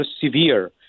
severe